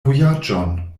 vojaĝon